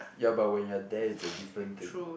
ya but when you're there it's a different thing